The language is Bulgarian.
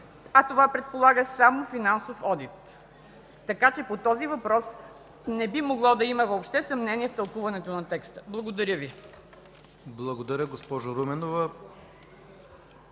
а това предполага само финансов одит. Така че по този въпрос не би могло да има въобще съмнение в тълкуването на текста. Благодаря Ви. ПРЕДСЕДАТЕЛ ИВАН ИВАНОВ: Благодаря, госпожо Руменова.